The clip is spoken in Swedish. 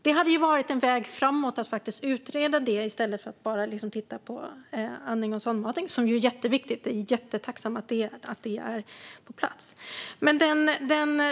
Det hade ju varit en väg framåt att faktiskt utreda det i stället för att bara titta på andning och sondmatning, vilket ju är jätteviktigt, och jag är jättetacksam att detta är på plats.